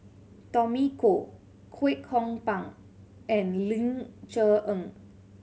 Tommy Koh Kwek Hong Png and Ling Cher Eng